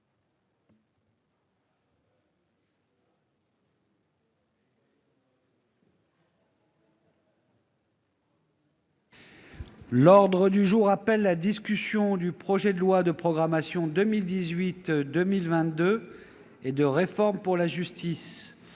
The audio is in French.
L'ordre du jour appelle la discussion du projet de loi de programmation 2018-2022 et de réforme pour la justice